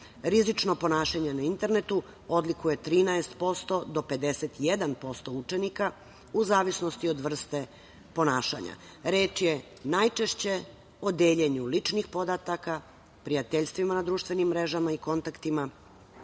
Rizično ponašanje na internetu odlikuje 13% do 51% učenika, u zavisnosti od vrste ponašanja. Reč je najčešće o deljenju ličnih podataka prijateljstvima na društvenim mrežama i kontaktima,